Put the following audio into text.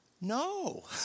no